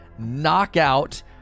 knockout